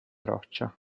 roccia